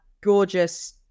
gorgeous